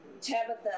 Tabitha